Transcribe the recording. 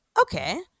Okay